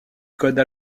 code